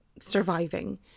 surviving